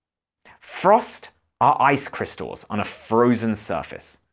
frost are ice crystals on a frozen surface.